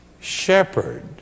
shepherd